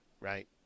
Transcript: right